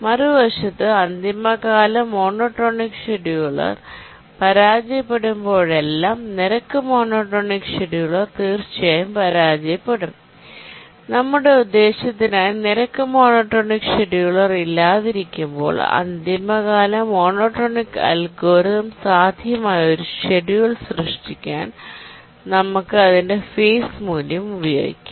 മറുവശത്ത് deadline monotonic scheduler പരാജയപ്പെടുമ്പോഴെല്ലാം rate monotonic scheduler തീർച്ചയായും പരാജയപ്പെടും നമ്മുടെ ഉദ്ദേശ്യത്തിനായി റേറ്റ് മോണോടോണിക് ഷെഡ്യൂളർ ഇല്ലാതിരിക്കുമ്പോൾ ഡെഡ്ലൈൻ മോണോടോണിക് അൽഗോരിതം സാധ്യമായ ഒരു ഷെഡ്യൂൾ സൃഷ്ടിക്കാൻ നമുക്ക് അതിന്റെ ഫേസ് മൂല്യം ഉപയോഗിക്കാം